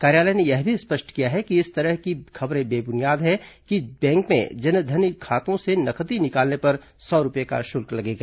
कार्यालय ने यह भी स्पष्ट किया है कि इस तरह की खबरें बेबुनियाद हैं कि बैंक में जन धन खातों से नकदी निकालने पर सौ रूपये का शुल्क लगेगा